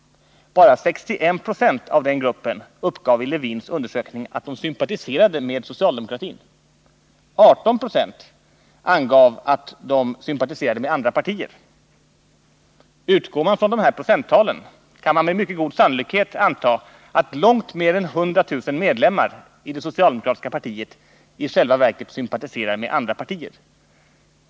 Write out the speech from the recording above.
Bara Onsdagen den man från de här procenttalen kan man med mycket god sannolikhet anta att Förbud mot kollångt mer än 100 000 medlemmar i det socialdemokratiska partiet i själva verket sympatiserar med andra partier.